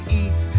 eat